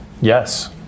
Yes